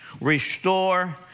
restore